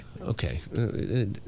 Okay